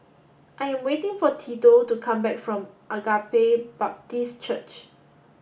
I am waiting for Tito to come back from Agape Baptist Church